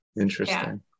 Interesting